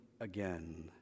again